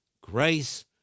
grace